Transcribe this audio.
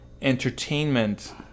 entertainment